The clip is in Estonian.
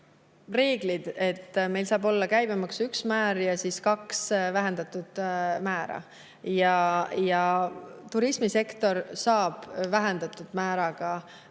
reegel, et meil saab olla käibemaksul üks määr ja kaks vähendatud määra. Turismisektor saab vähendatud määraga